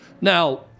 Now